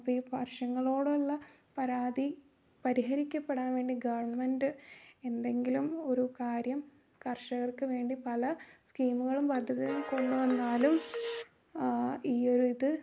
അപ്പം ഈ വർഷ്യങ്ങളോളമുള്ള പരാതി പരിഹരിക്കപ്പെടാൻ വേണ്ടി ഗവൺമെൻ്റ് എന്തെങ്കിലും ഒരു കാര്യം കർഷകർക്ക് വേണ്ടി പല സ്കീമുകളും പദ്ധതി കൊണ്ടു വന്നാലും ഈ ഒരു ഇത്